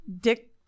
dick